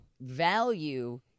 value